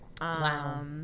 Wow